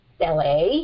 LA